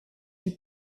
wie